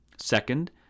Second